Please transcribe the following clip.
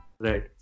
Right